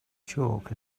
chalk